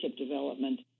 development